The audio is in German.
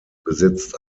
besitzt